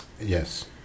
Yes